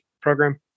program